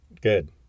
good